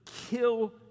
Kill